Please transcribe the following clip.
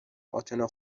اتنا